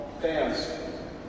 fans